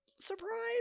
Surprise